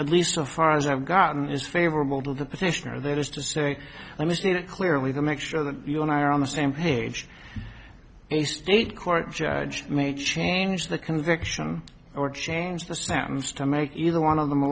at least so far as i've gotten is favorable to the petitioner that is to say let me state it clearly to make sure that you and i are on the same page a state court judge may change the conviction or change the sounds to make either one of them a